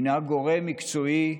הינה גורם מקצועי,